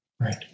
Right